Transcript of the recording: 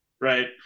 right